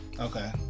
Okay